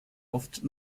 oft